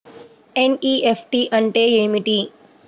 NEFT అంటే ఏమిటి?